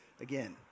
again